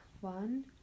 One